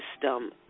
System